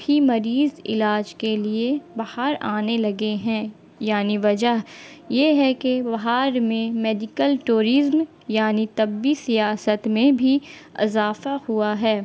بھی مریض علاج کے لیے باہر آنے لگے ہیں یعنی وجہ یہ ہے کہ بہار میں میڈیکل ٹورزم یعنی طبی سیاست میں بھی اضافہ ہوا ہے